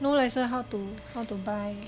no licence how to how to buy